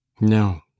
no